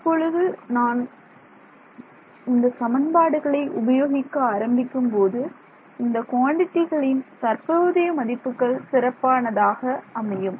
இப்பொழுது நான் இந்த சமன்பாடுகளை உபயோகிக்க ஆரம்பிக்கும்போது இந்தக் குவான்ட்டிகளின் தற்போதைய மதிப்புகள் சிறப்பானதாக அமையும்